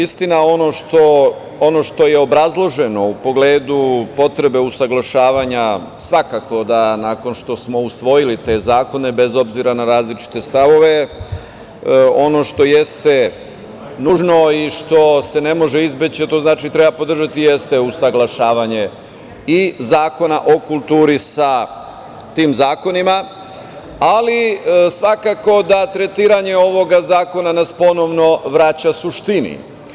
Istina, ono što je obrazloženo u pogledu potrebe usaglašavanja svakako da nakon što smo usvojili te zakone, bez obzira na različite stavove, ono što jeste nužno i što se ne može izbeći, a to znači da treba podržati, jeste usaglašavanje i Zakona o kulturi sa tim zakonima, ali svakako da tretiranje ovog zakona nas ponovno vraća suštini.